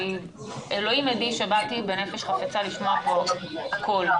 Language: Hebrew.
אלוהים עדי שבאתי בנפש חפצה לשמוע פה הכול,